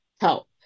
help